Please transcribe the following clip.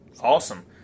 Awesome